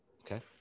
Okay